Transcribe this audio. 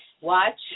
Watch